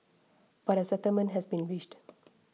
but a settlement has been reached